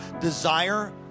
Desire